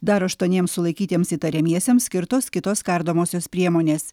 dar aštuoniems sulaikytiems įtariamiesiems skirtos kitos kardomosios priemonės